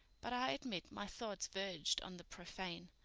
but i admit my thoughts verged on the profane.